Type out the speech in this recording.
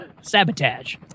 sabotage